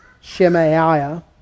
Shemaiah